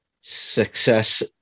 success